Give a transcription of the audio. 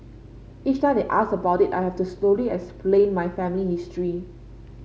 each time they ask about it I have to slowly explain my family history